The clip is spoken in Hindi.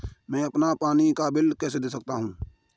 मैं अपना पानी का बिल कैसे देख सकता हूँ?